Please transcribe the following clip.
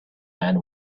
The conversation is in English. man